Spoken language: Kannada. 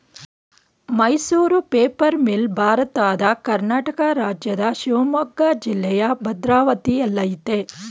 ಮೈಸೂರು ಪೇಪರ್ ಮಿಲ್ ಭಾರತದ ಕರ್ನಾಟಕ ರಾಜ್ಯದ ಶಿವಮೊಗ್ಗ ಜಿಲ್ಲೆಯ ಭದ್ರಾವತಿಯಲ್ಲಯ್ತೆ